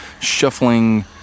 shuffling